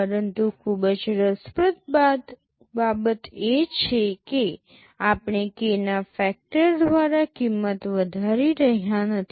પરંતુ ખૂબ જ રસપ્રદ બાબત એ છે કે આપણે k ના ફેક્ટર દ્વારા કિંમત વધારી રહ્યા નથી